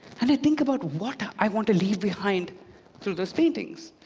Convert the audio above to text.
and i think about what i want to leave behind through those paintings.